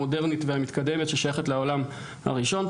המודרנית והמתקדמת ששייכת לעולם הראשון.